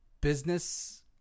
business